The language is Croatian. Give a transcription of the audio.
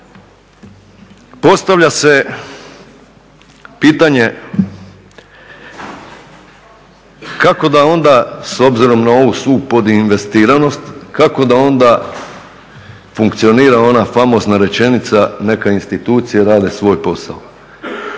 Postavlja se pitanje kako da onda s obzirom na ovu svu podinvestiranost, kako da onda funkcionira ona famozna rečenica neka institucije rade svoj posao.